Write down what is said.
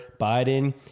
Biden